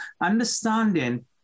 understanding